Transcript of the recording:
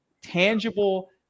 tangible